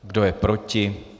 Kdo je proti?